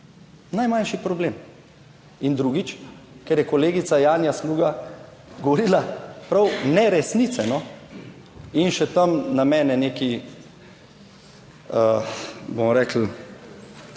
Najmanjši problem. In drugič, ker je kolegica Janja Sluga govorila prav neresnice in še tam na mene nekaj, bomo rekli,